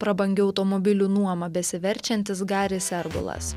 prabangių automobilių nuoma besiverčiantis garis serbulas